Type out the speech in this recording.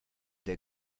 der